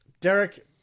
Derek